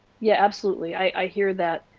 yeah absolutely. i hear that.